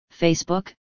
Facebook